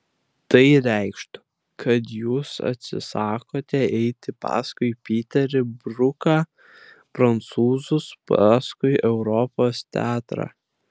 tai reikštų kad jūs atsisakote eiti paskui piterį bruką prancūzus paskui europos teatrą